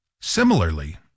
Similarly